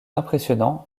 impressionnants